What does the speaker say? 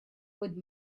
old